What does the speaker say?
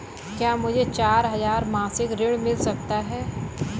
क्या मुझे चार हजार मासिक ऋण मिल सकता है?